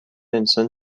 انسان